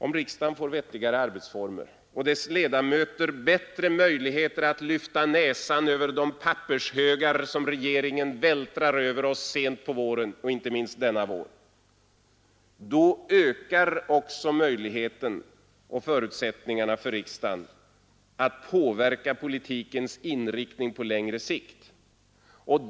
Om riksdagen får vettigare arbetsformer och dess ledamöter bättre möjligheter att lyfta näsan över de pappershögar som regeringen vältrar över oss sent på våren, inte minst denna vår, då ökar också möjligheten och förutsättningarna för riksdagen att påverka politikens inriktning på längre sikt.